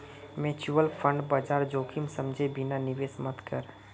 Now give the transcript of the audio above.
mutual फंडत बाजार जोखिम समझे बिना निवेश मत कर